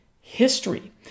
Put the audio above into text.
history